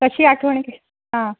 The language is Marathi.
कशी आठवणी के हां